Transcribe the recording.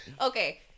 Okay